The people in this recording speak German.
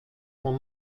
von